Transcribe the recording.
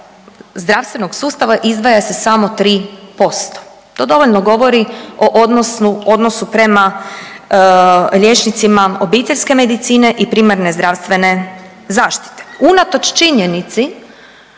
zdravstvenog sustava izdvaja se samo 3%. To dovoljno govori o odnosu prema liječnicima obiteljske medicine i primarne zdravstvene zaštite. Unatoč činjenici